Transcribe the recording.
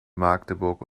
magdeburg